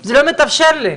זה לא מתאפשר לי.